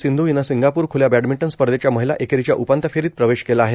सिंधू हिनं सिंगापूर ख्ल्या बॅडमिंटन स्पर्धेच्या महिला एकेरित्या उपांत्य फेरित प्रवेश केला आहे